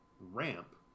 ramp